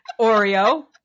Oreo